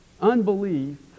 unbelief